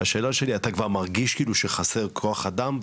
אז השאלה שלי אליך היא האם אתה כבר מרגיש שחסר כוח אדם?